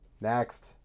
next